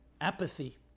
apathy